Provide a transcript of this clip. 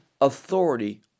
authority